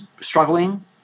struggling